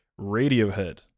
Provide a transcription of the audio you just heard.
Radiohead